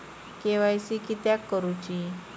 KYC किदयाक करूची?